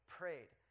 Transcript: prayed